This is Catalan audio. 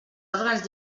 òrgans